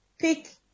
pick